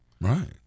right